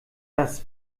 das